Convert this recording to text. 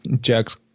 Jack's